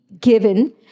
given